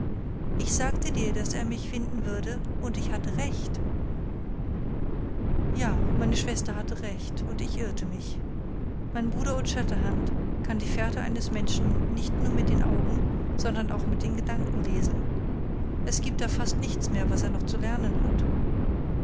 ich sagte dir daß er mich finden würde und ich hatte recht ja meine schwester hatte recht und ich irrte mich mein bruder old shatterhand kann die fährte eines menschen nicht nur mit den augen sondern auch mit den gedanken lesen es gibt da fast nichts mehr was er noch zu lernen hat